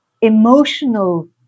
emotional